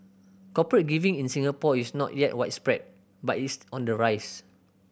corporate giving in Singapore is not yet widespread but east on the rise